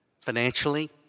financially